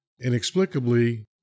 Inexplicably